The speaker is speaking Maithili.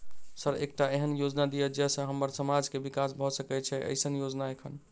सर एकटा एहन योजना दिय जै सऽ हम्मर समाज मे विकास भऽ सकै छैय एईसन योजना एखन?